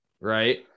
right